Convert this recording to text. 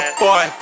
boy